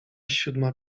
siódma